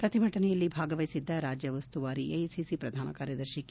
ಪ್ರತಿಭಟನೆಯಲ್ಲಿ ಭಾಗವಹಿಸಿದ್ದ ರಾಜ್ಯ ಉಸ್ತುವಾರಿ ಎಐಸಿಸಿ ಪ್ರಧಾನ ಕಾರ್ಯದರ್ಶಿ ಕೆ